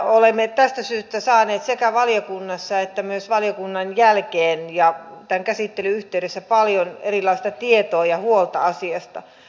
olemme tästä syystä saaneet sekä valiokunnassa että myös valiokunnan jälkeen ja tämän käsittelyn yhteydessä paljon erilaista tietoa ja huolta asiasta